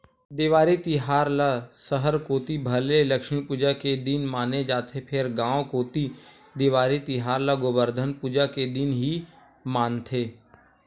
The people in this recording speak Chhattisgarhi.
देवारी तिहार ल सहर कोती भले लक्छमी पूजा के दिन माने जाथे फेर गांव कोती देवारी तिहार ल गोबरधन पूजा के दिन ही मानथे